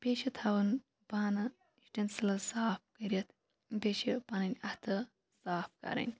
بیٚیہِ چھِ تھاوُن بانہٕ یوٗٹینٛسِلٕز صاف کٔرِتھ بیٚیہِ چھِ پَنٕنۍ اَتھٕ صاف کَرٕنۍ